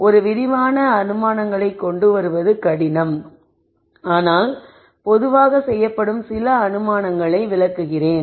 ஒரு விரிவான அனுமானங்களைக் கொண்டு வருவது கடினம் ஆனால் பொதுவாக செய்யப்படும் சில அனுமானங்களை விளக்குகிறேன்